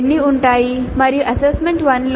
అప్పుడు ఈ CO కి సంబంధించిన అసెస్మెంట్ ఐటెమ్